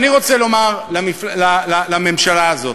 אני רוצה לומר לממשלה הזאת,